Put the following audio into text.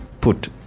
put